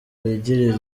wigirira